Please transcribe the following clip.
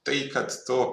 tai kad tu